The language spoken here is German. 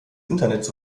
internets